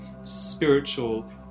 spiritual